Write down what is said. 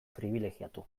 pribilegiatu